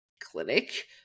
clinic